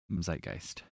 zeitgeist